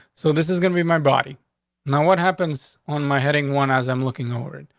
so this is gonna be my body now what happens on my heading? one as i'm looking forward.